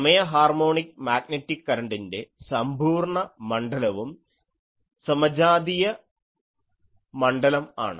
സമയ harmonic magnetic കരണ്ടിൻറെ സമ്പൂർണ്ണ മണ്ഡലവും സമജാതീയ മണ്ഡലം ആണ്